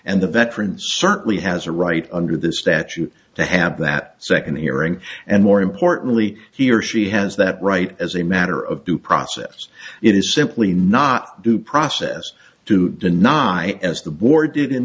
and the veterans certainly has a right under the statute to have that second hearing and more importantly he or she has that right as a matter of due process it is simply not due process to deny as the board did in